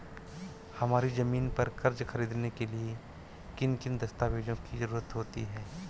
हमारी ज़मीन पर कर्ज ख़रीदने के लिए किन किन दस्तावेजों की जरूरत होती है?